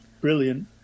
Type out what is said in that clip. brilliant